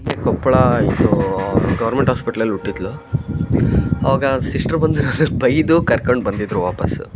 ಕೊಪ್ಪಳ ಇದು ಗೋರ್ಮೆಂಟ್ ಹಾಸ್ಪಿಟ್ಲಲ್ಲಿ ಹುಟ್ಟಿದಳು ಆವಾಗ ಸಿಸ್ಟರ್ ಬಂದು ನನಗೆ ಬೈದು ಕರ್ಕೊಂಡು ಬಂದಿದ್ದರು ವಾಪಾಸ್ಸು